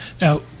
Now